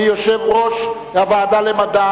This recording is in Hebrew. אני קובע שהודעת יושב-ראש הוועדה המשותפת